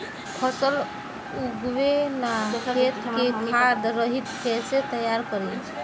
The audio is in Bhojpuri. फसल उगवे ला खेत के खाद रहित कैसे तैयार करी?